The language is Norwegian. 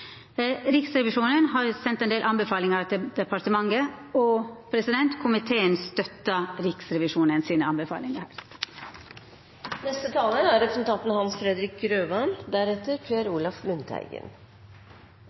Riksrevisjonen har sendt ein del anbefalingar til departementet, og komiteen støttar Riksrevisjonen sine anbefalingar.